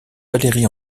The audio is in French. valery